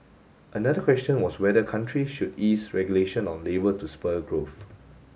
another question was whether countries should ease regulation on labour to spur growth